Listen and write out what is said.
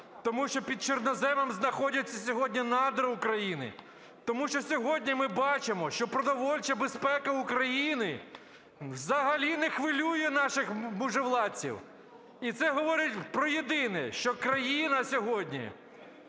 тому що під чорноземом знаходяться сьогодні надра України, тому що сьогодні ми бачимо, що продовольча безпека України взагалі не хвилює наших можновладців. І це говорить про єдине, що країна сьогодні